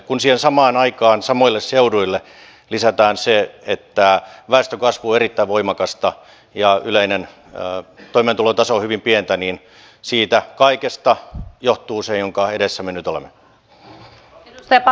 kun siihen samaan aikaan samoille seuduille lisätään se että väestönkasvu on erittäin voimakasta ja yleinen toimeentulotaso on hyvin pientä niin siitä kaikesta johtuu se jonka edessä me nyt olemme